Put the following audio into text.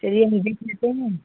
चलिए हम देख लेते हैं